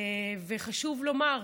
וחשוב לומר,